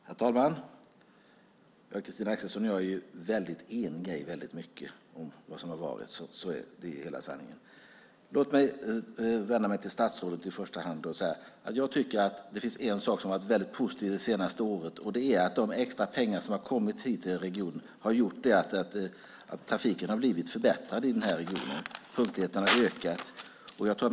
Herr talman! Christina Axelsson och jag är eniga i mycket om vad som har varit. Det är hela sanningen. Låt mig i första hand vända mig till statsrådet. Det finns en sak som har varit positiv det senaste året, nämligen att de extra pengar som har tilldelats regionen har gjort att trafiken har blivit förbättrad i regionen. Punktligheten har ökat.